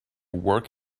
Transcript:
work